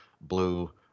blue